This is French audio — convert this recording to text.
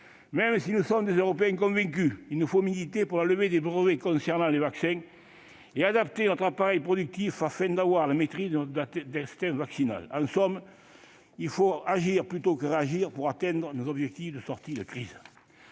même si nous sommes des Européens convaincus, il nous faut militer pour la levée des brevets concernant les vaccins et adapter notre appareil productif afin d'avoir la maîtrise de notre destin vaccinal. En somme, il nous faut agir plutôt que réagir pour atteindre nos objectifs de sortie de crise.